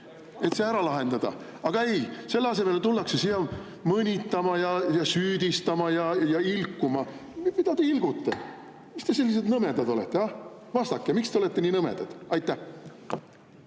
et see ära lahendaks. Aga ei, selle asemel tullakse siia mõnitama ja süüdistama ja ilkuma. Mida te ilgute? Miks te sellised nõmedad olete, ah? Vastake, miks te olete nii nõmedad!